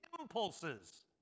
impulses